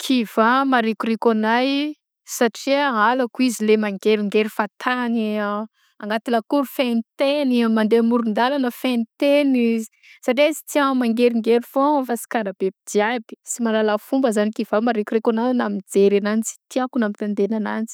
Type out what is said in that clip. Kivà marikoriko anay satria halako izy le mangeringery fahatany-an anaty lakoro fegno taigny mandeha amoron-dalana fegno taigny satria izy tia mangeringery foagna fa sy karaha biby jiaby sy mahalala fomba zany kivà marikoriko agna na mijery ananjy, sy tiako mitandeny ananjy